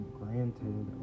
granted